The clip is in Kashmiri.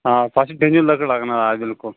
آ پتہٕ چھِ ڈوٗنۍ ہٕنٛز لٔکٕر لگان آ بِلکُل